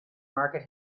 market